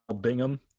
Bingham